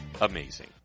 amazing